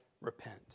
repent